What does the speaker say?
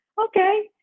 Okay